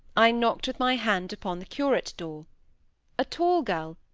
i knocked with my hand upon the curate door a tall girl,